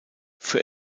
für